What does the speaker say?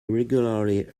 regularly